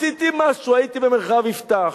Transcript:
עשיתי משהו, הייתי במרחב יפתח.